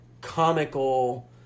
comical